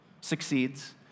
succeeds